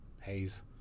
haze